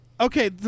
Okay